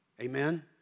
Amen